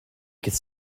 could